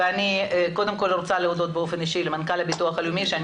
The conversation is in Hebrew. ואני קודם כל רוצה להודות באופן אישי למנכ"ל הביטוח הלאומי שאני